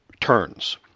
turns